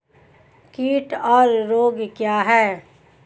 कीट और रोग क्या हैं?